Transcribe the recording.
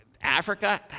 Africa